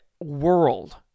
world